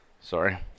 Sorry